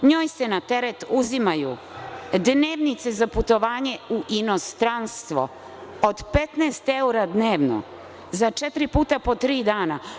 NJoj se na teret uzimaju dnevnice za putovanje u inostranstvo od 15 evra dnevno, i to za četiri puta po tri dana.